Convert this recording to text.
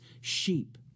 sheep